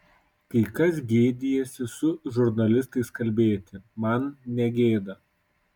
kai kas gėdijasi su žurnalistais kalbėti man negėda